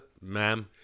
Ma'am